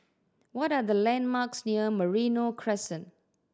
what are the landmarks near Merino Crescent